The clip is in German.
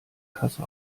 kasse